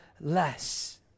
less